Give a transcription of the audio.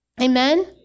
Amen